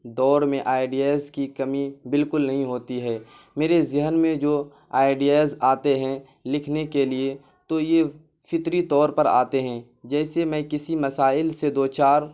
دور میں آئیڈییز کی کمی بالکل نہیں ہوتی ہے میرے ذہن میں جو آئیڈیز آتے ہیں لکھنے کے لیے تو یہ فطری طور پر آتے ہیں جیسے میں کسی مسائل سے دو چار